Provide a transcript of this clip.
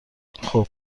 خوب